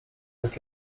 tak